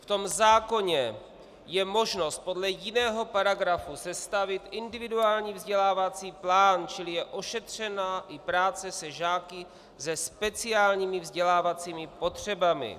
V tom zákoně je možnost podle jiného paragrafu sestavit individuální vzdělávací plán, čili je ošetřena i práce se žáky se speciálními vzdělávacími potřebami.